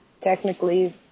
technically